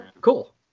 cool